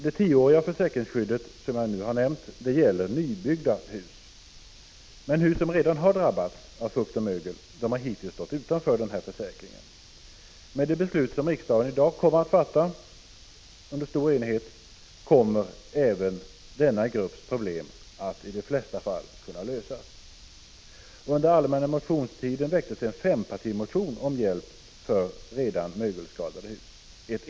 Det tioåriga försäkringsskyddet gäller nybyggda hus. Men hus som redan har drabbats av fukt och mögel har hittills stått utanför försäkringen. Under den allmänna motionstiden väcktes en fempartimotion om hjälp till ägare av redan mögelskadade hus.